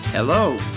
Hello